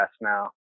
now